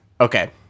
Okay